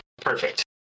perfect